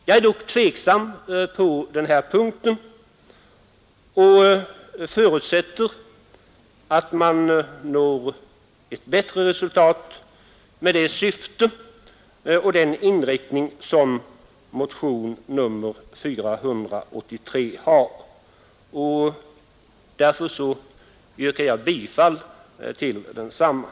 Jag är dock tveksam och förutsätter att man når bättre resultat med det syfte och den inriktning som motionen 483 har. Därför yrkar jag bifall till motionen.